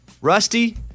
Rusty